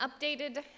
updated